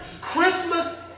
Christmas